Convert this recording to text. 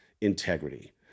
integrity